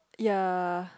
ya